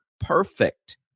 perfect